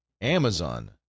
Amazon